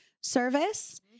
service